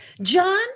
John